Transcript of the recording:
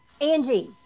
Angie